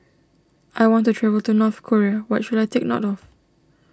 I want to travel to North Korea what should I take note of